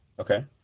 Okay